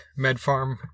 Medfarm